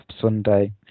Sunday